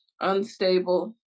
unstable